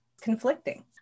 conflicting